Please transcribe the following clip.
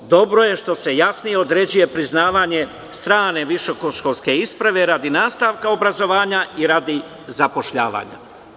Osmo, dobro je što se jasnije određuje priznavanje strane visokoškolske isprave radi nastavka obrazovanja i radi zapošljavanja.